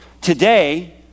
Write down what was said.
Today